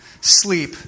Sleep